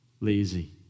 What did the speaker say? lazy